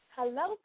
Hello